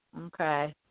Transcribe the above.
Okay